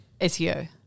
SEO